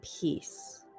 peace